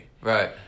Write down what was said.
Right